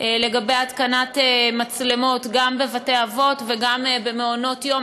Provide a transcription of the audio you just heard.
לגבי התקנת מצלמות גם בבתי-אבות וגם במעונות יום,